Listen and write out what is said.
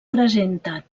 presenta